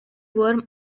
warm